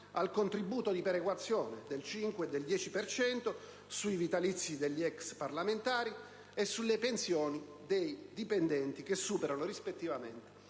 al contributo di perequazione del 5 e del 10 per cento sui vitalizi degli ex parlamentari e sulle pensioni dei dipendenti che superano, rispettivamente,